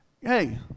Hey